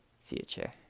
future